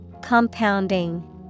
Compounding